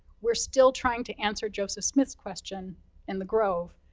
we're still trying to answer joseph smith's question in the grove.